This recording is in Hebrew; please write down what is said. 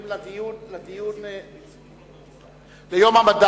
התש"ע 2009, נתקבלה.